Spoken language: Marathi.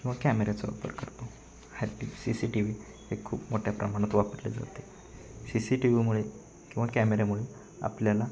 किंवा कॅमेऱ्याचा वापर करतो हा ती सी सी टी व्ही हे खूप मोठ्या प्रमाणात वापरल्या जाते सी सी टी व्हीमुळे किंवा कॅमेऱ्यामुळे आपल्याला